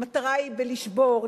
המטרה היא לשבור,